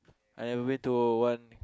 I haven't been to one